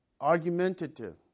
argumentative